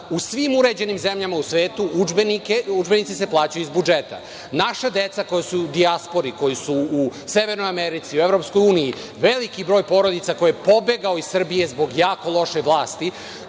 U svim uređenim zemljama u svetu udžbenici se plaćaju iz budžeta. Naša deca koja su u dijaspori, koji su u Severnoj Americi, u EU, veliki broj porodica koji je pobegao iz Srbije zbog jako loše vlasti,